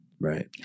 Right